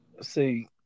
See